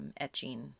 etching